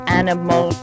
animal